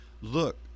look